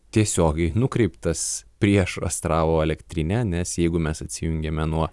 tiesiogiai nukreiptas prieš astravo elektrinę nes jeigu mes atsijungiame nuo